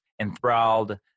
enthralled